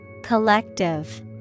Collective